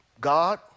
God